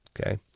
okay